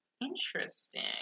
Interesting